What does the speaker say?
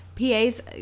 PAs